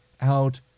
out